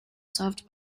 saved